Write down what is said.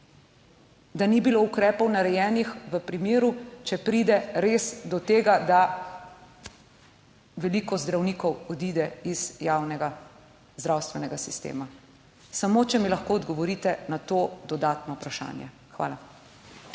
da ni bilo narejenih ukrepov v primeru, da res pride do tega, da veliko zdravnikov odide iz javnega zdravstvenega sistema. Če mi lahko odgovorite samo na to dodatno vprašanje. Hvala.